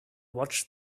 watch